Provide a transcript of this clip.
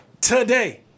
today